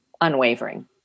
unwavering